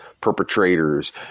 perpetrators